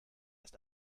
erst